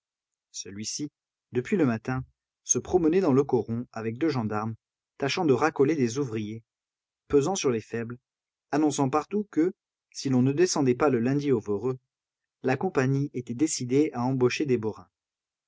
celui-ci depuis le matin se promenait dans le coron avec deux gendarmes tâchant de racoler des ouvriers pesant sur les faibles annonçant partout que si l'on ne descendait pas le lundi au voreux la compagnie était décidée à embaucher des borains